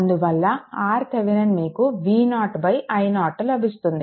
అందువల్ల RThevenin మీకు V0 i0 లభిస్తుంది